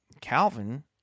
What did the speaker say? Calvin